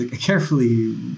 carefully